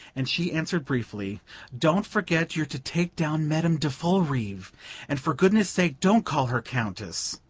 and she answered briefly don't forget you're to take down madame de follerive and for goodness' sake don't call her countess.